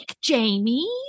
Jamie